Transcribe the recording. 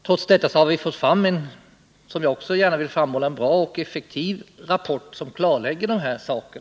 Trots detta har vi fått fram, vilket jag också vill framhålla, en bra och effektiv rapport som klarlägger dessa saker.